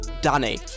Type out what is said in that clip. danny